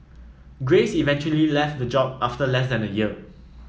Grace eventually left the job after less than a year